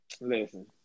listen